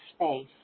space